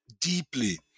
deeply